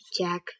Jack